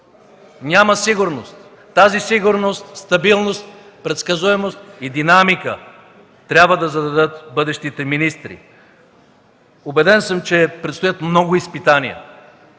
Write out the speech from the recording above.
няма сигурност. Тази сигурност, стабилност, предсказуемост и динамика трябва да зададат бъдещите министри. Убеден съм, че предстоят много изпитания.